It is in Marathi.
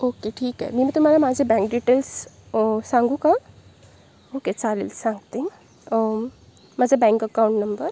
ओके ठीक आहे मग मी तुम्हाला माझे बॅंक डिटेल्स सांगू का ओके चालेल सांगते माझा बॅंक अकाऊंट नंबर